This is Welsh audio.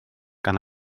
gan